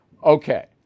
Okay